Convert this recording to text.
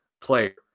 player